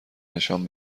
نشان